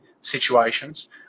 situations